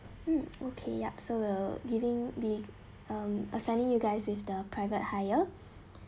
mm okay yap so will giving the um uh sending you guys with the private hire